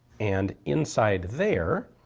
and inside there,